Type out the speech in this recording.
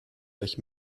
durch